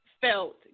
felt